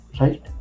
right